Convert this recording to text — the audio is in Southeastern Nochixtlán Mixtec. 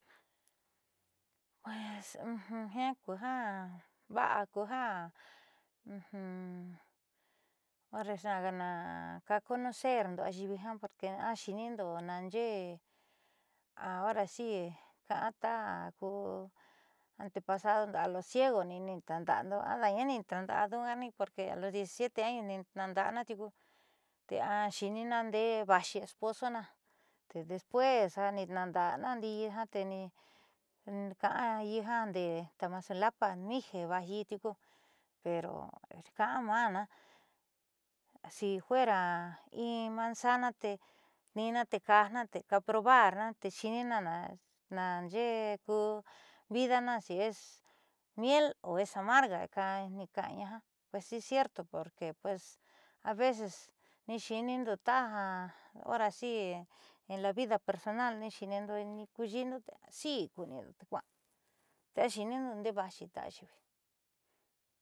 Jiaa ku ja hore na conocerndo ayi'ivi jaa porque axi'inindo naanxe'e ahora si ka'an takuantepasado a lo ciego ni nitnaanda'ado ada'aña ni tnaanda'a du'uani porque a los 17 años tnaanda'ana tiuku tee ayiinina ndeé vaaxi esposona te después jani tnaanda'ana ndiiyi ja teeni ka'anyi ja tamazulapam mixe vaajyii tiuku pero ka'a ma'ana si fuera in manzana tee tiniimaa te kaajna te cada probarna te xi'inina na'axee ku vidana si es miel o es amarga mika'ana jiaa pues si es cierto porque pues a veces niixi'inindo taja hora si en la vida personal ni xi'iniindo kuxi'indo si ni kuunde te kua'ande axiinindo ndee vaaxi ayiivi.